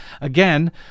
Again